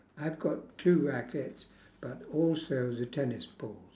I've got two rackets but also the tennis balls